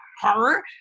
horror